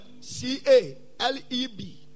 C-A-L-E-B